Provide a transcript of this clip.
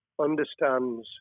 understands